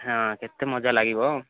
ହଁ କେତେ ମଜା ଲାଗିବ